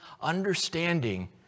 understanding